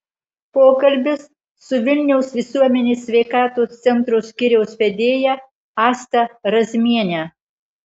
pokalbis su vilniaus visuomenės sveikatos centro skyriaus vedėja asta razmiene